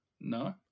No